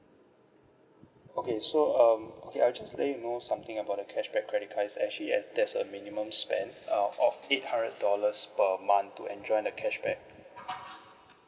okay so um okay I'll just let you know something about the cashback credit cards it's actually uh there's a minimum spend uh of eight hundred dollars per month to enjoy the cashback